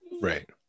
Right